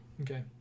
Okay